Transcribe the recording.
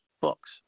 books